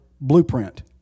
blueprint